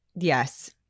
yes